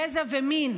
גזע ומין.